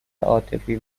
عاطفی